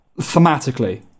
Thematically